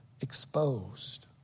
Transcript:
exposed